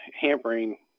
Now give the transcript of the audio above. hampering